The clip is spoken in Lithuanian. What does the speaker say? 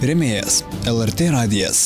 rėmėjas lrt radijas